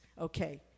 Okay